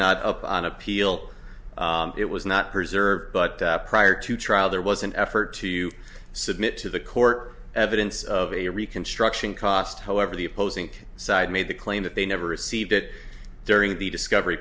not up on appeal it was not preserved but prior to trial there was an effort to you submit to the court evidence of a reconstruction cost however the opposing side made the claim that they never received it during the discovery